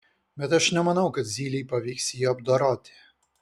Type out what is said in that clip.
bet aš nemanau kad zylei pavyks jį apdoroti